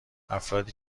افرادی